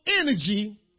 energy